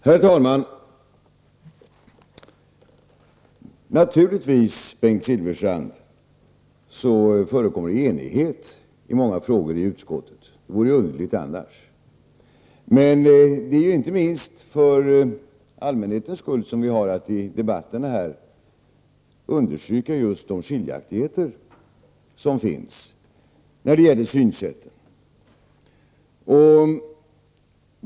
Herr talman! Det förekommer naturligtvis enighet i många frågor i utskottet, Bengt Silfverstrand — det vore underligt annars — men det är inte minst för allmänhetens skull som vi har att i debatterna understryka just de skiljaktigheter som finns när det gäller synsätten.